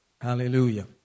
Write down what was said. Hallelujah